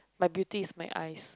my beauty is my eyes